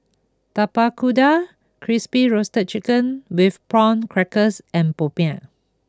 Tapak Kuda Crispy Roasted Chicken with Prawn Crackers and Popiah